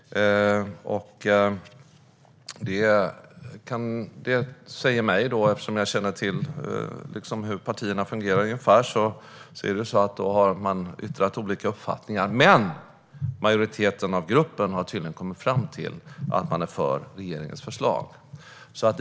Eftersom jag känner till ungefär hur partierna fungerar säger det mig att man har yttrat olika uppfattningar, men majoriteten av gruppen har tydligen kommit fram till att man är för regeringens förslag.